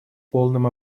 полном